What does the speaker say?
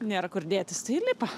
nėr kur dėtis tai ir lipa